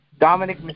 Dominic